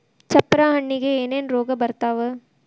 ಚಪ್ರ ಹಣ್ಣಿಗೆ ಏನೇನ್ ರೋಗ ಬರ್ತಾವ?